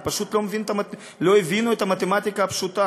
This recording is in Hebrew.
הם פשוט לא הבינו את המתמטיקה הפשוטה.